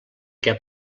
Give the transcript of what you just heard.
què